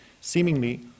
seemingly